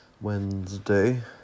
Wednesday